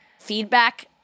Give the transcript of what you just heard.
feedback